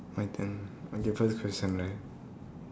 my turn okay first question right